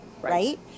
right